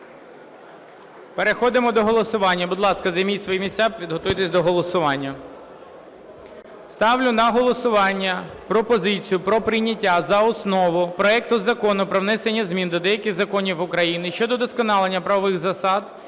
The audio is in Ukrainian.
Переходимо до голосування. Будь ласка, займіть свої місця, підготуйтесь до голосування. Ставлю на голосування пропозицію про прийняття за основу проекту Закону про внесення змін до деяких законів України щодо удосконалення правових засад